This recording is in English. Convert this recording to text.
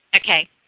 Okay